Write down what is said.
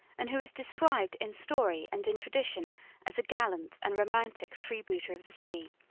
and who is described in story and in tradition as a gallant and romantic freebooter of the sea.